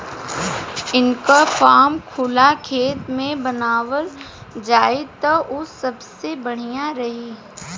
इनकर फार्म खुला खेत में बनावल जाई त उ सबसे बढ़िया रही